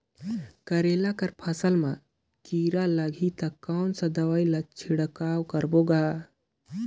करेला कर फसल मा कीरा लगही ता कौन सा दवाई ला छिड़काव करबो गा?